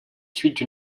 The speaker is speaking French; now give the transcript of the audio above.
suites